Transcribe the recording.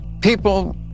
people